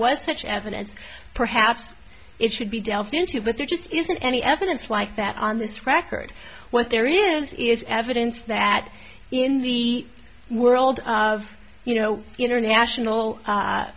was such evidence perhaps it should be delved into but there just isn't any evidence like that on this record what there is is evidence that in the world of you know international